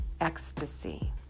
ecstasy